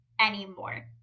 anymore